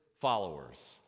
followers